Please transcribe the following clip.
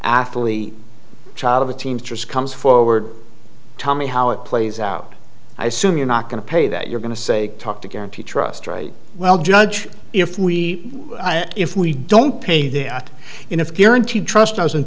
athlete child of a teamsters comes forward tell me how it plays out i assume you're not going to pay that you're going to say talk to guarantee trust right well judge if we if we don't pay there are enough guaranteed trust doesn't